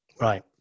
right